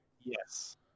yes